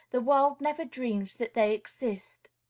the world never dreams that they exist.